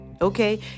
Okay